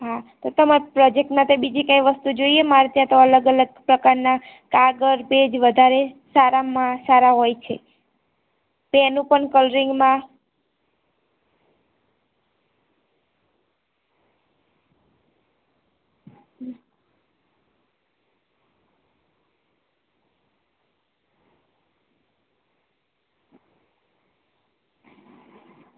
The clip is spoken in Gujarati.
હા તો તમાર પ્રોજેક્ટ માટે બીજી કંઈ વસ્તુ જોઈએ મારે ત્યાં તો અલગ અલગ પ્રકારના કાગળ પેજ વધારે સારામાં સારા હોય છે તેનું પણ કલરિંગમાં